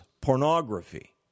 pornography